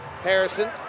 Harrison